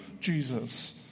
Jesus